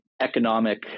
economic